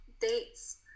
dates